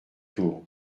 tour